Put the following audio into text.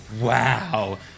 wow